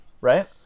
right